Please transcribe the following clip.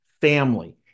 family